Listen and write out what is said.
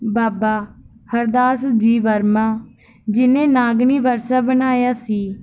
ਬਾਬਾ ਹਰਦਾਸ ਜੀ ਵਰਮਾ ਜਿਹਨੇ ਨਾਗਣੀ ਬਰਛਾ ਬਣਾਇਆ ਸੀ